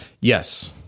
Yes